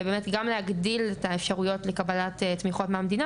גם להגדיל את האפשרויות לקבלת תמיכות מהמדינה